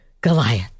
Goliath